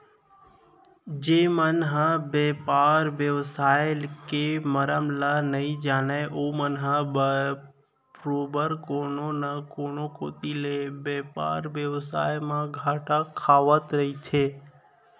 जेन मन ह बेपार बेवसाय के मरम ल नइ जानय ओमन ह बरोबर कोनो न कोनो कोती ले बेपार बेवसाय म घाटा खावत रहिथे